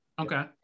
Okay